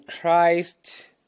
Christ